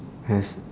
yes